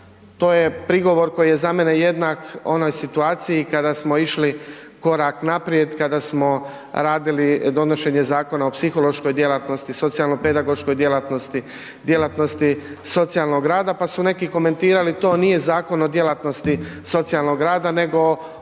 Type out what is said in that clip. to je prigovor koji je za mene jednak onoj situaciji kada smo išli korak naprijed, kada smo radili donošenje Zakona o psihološkoj djelatnosti, socijalno-pedagoškoj djelatnosti, djelatnosti socijalnog rada pa su neki komentirali to nije zakon o djelatnosti socijalnog rada nego o